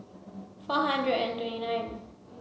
four hundred and twenty nine